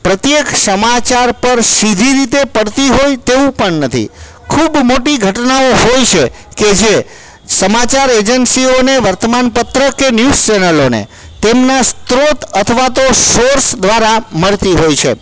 પ્રત્યેક સમાચાર પર સીધી રીતે પડતી હોય તેવું પણ નથી ખૂબ મોટી ઘટનાઓ હોય છે કે જે સમાચાર એજન્સીઓને વર્તમાનપત્રો કે ન્યુઝ ચેનલોને તેમના સ્ત્રોત અથવા તો સોર્સ દ્વારા મળતી હોય છે